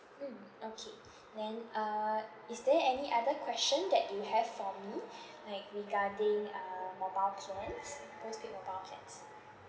mm okay then uh is there any other question that you have for me like regarding uh mobile plans postpaid mobile plans